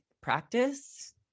practice